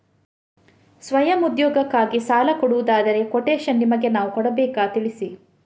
ಸ್ವಯಂ ಉದ್ಯೋಗಕ್ಕಾಗಿ ಸಾಲ ಕೊಡುವುದಾದರೆ ಕೊಟೇಶನ್ ನಿಮಗೆ ನಾವು ಕೊಡಬೇಕಾ ತಿಳಿಸಿ?